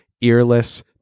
Earless